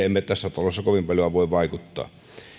emme tässä talossa kovin paljoa voi vaikuttaa